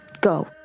go